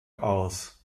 aus